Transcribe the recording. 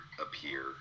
appear